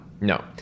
no